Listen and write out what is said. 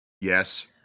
Yes